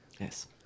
Yes